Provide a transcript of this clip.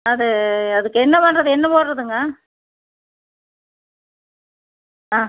அது அதுக்கு என்ன பண்றது என்ன போடறதுங்க ஆ